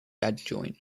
adjoint